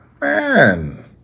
man